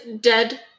dead